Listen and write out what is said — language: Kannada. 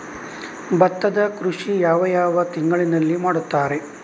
ಭತ್ತದ ಕೃಷಿ ಯಾವ ಯಾವ ತಿಂಗಳಿನಲ್ಲಿ ಮಾಡುತ್ತಾರೆ?